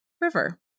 river